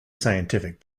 scientific